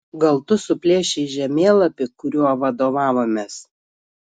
gal tu suplėšei žemėlapį kuriuo vadovavomės